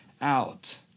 out